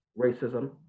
racism